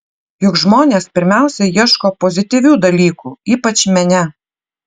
juk žmonės pirmiausia ieško pozityvių dalykų ypač mene